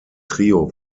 trio